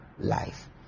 life